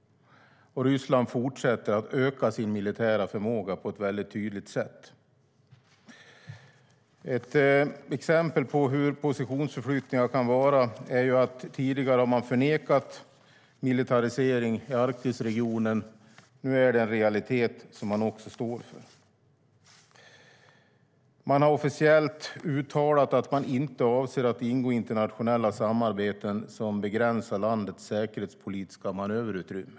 Ryssland fortsätter att öka sin militära förmåga på ett mycket tydligt sätt. Ett exempel på positionsförflyttningarna är att Ryssland tidigare förnekat militarisering i Arktisregionen. Nu är det en realitet som man också står för. Ryssland har officiellt uttalat att man inte avser att ingå internationella samarbeten som begränsar landets säkerhetspolitiska manöverutrymme.